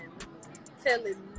telling